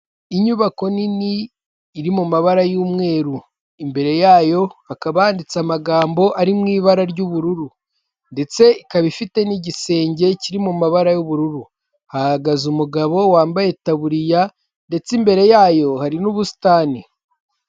Inyubako nini iri mu mabara y'umweru, imbere yayo hakaba handitse amagambo ari mu ibara ry'ubururu ndetse ikaba ifite n'igisenge kiri mu mabara y'ubururu, hahagaze umugabo wambaye taburiya ndetse imbere yayo hari n'ubusitani.